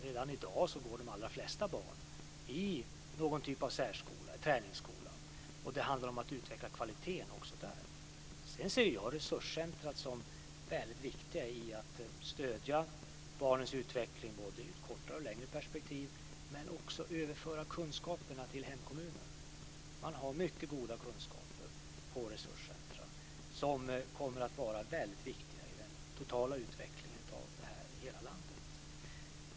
Redan i dag går de allra flesta barn i någon typ av särskola, t.ex. träningsskola, och det handlar om att utveckla kvaliteten också där. Sedan ser jag resurscentren som väldigt viktiga i att stödja barnets utveckling i både ett kortare och ett längre perspektiv, men också i att överföra kunskaperna till hemkommunen. Man har mycket goda kunskaper på resurscentren som kommer att vara väldigt viktiga i den totala utvecklingen av detta i hela landet.